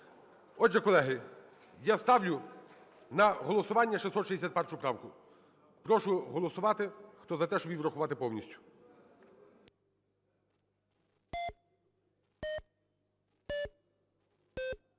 Отже, колеги, я ставлю на голосування 661 правку. Прошу голосувати. Хто за те, щоб її врахувати повністю?